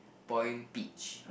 point peach